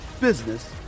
business